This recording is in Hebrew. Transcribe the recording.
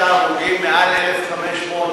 עוד מעט יש לך הזכות לבוא ולהשיב בשם הממשלה,